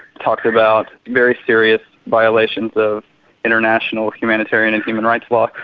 talks about very serious violations of international humanitarian and human rights law.